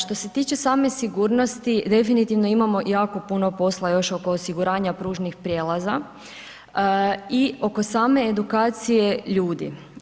Što se tiče same sigurnosti, definitivno imamo jako puno posla još oko osiguranja pružnih prijelaza i oko same edukacije ljudi.